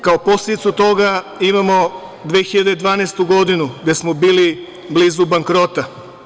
Kao posledicu toga imamo 2012. godinu, gde smo bili blizu bankrotstva.